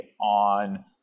on